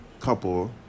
couple